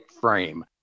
frame